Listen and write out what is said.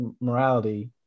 morality